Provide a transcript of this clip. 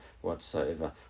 Whatsoever